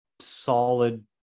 solid